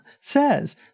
says